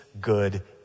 good